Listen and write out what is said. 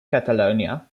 catalonia